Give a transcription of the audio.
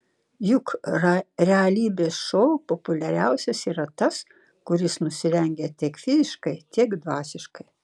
juk realybės šou populiariausias yra tas kuris nusirengia tiek fiziškai tiek dvasiškai